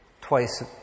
twice